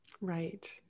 Right